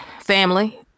family